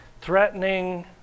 threatening